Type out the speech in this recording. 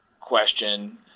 question